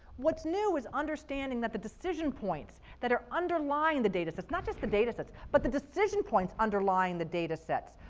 what's new is understanding that the decision points that are underlying the data sets, not just the data sets but the decision points underlying the data sets.